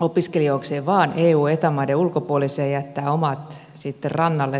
opiskelijoikseen vain eueta maiden ulkopuolisia ja jättää omat sitten rannalle tyystin